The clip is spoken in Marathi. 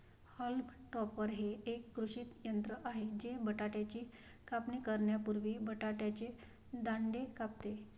हॉल्म टॉपर हे एक कृषी यंत्र आहे जे बटाट्याची कापणी करण्यापूर्वी बटाट्याचे दांडे कापते